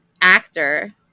actor